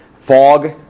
fog